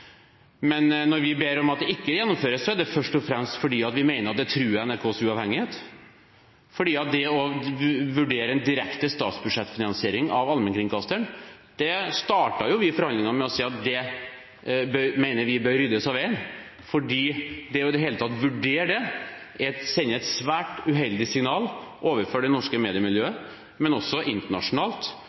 Men når vi ber om at det ikke gjennomføres, er det først og fremst fordi vi mener at det truer NRKs uavhengighet. Vi startet forhandlingene med å si at det å vurdere en direkte statsbudsjettfinansiering av allmennkringkasteren bør ryddes av veien, for det i det hele tatt å vurdere det sender et svært uheldig signal til det norske mediemiljøet – og også til det